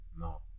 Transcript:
No